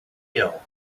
ill